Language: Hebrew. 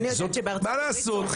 מה לעשות?